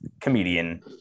comedian